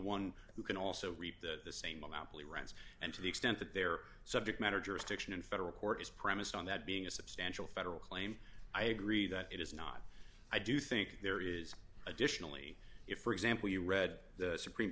one who can also reap the same amount runs and to the extent that their subject matter jurisdiction in federal court is premised on that being a substantial federal claim i agree that it is not i do think there is additionally if for example you read the supreme